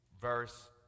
verse